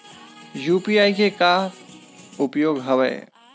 UPI के का उपयोग हवय?